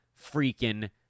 freaking